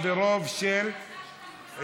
הגברת התדירות של משלוח חשבונית),